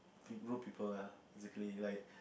pe~ rude people ah exactly like